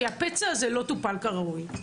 כי הפצע הזה לא טופל כראוי,